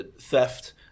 theft